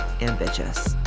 ambitious